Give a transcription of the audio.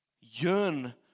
yearn